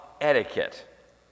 etiquette